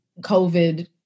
COVID